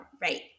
right